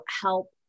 help